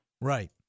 Right